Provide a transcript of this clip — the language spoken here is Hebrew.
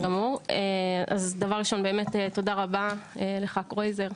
תודה רבה לך חבר הכנסת קרויזר,